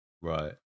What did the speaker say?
Right